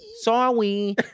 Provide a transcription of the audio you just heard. sorry